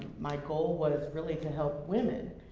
my goal was really to help women.